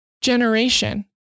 generation